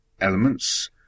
elements